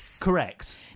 Correct